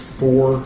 four